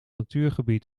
natuurgebied